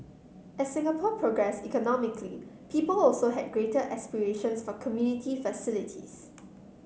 as Singapore progressed economically people also had greater aspirations for community facilities